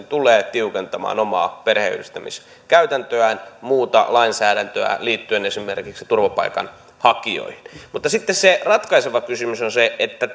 tulee tiukentamaan omaa perheenyhdistämiskäytäntöään ja muuta lainsäädäntöään liittyen esimerkiksi turvapaikanhakijoihin mutta sitten se ratkaiseva kysymys on se että